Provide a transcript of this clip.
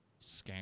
Scam